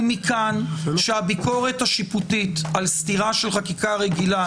ומכאן שהביקורת השיפוטית על סתירה של חקיקה רגילה